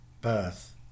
Birth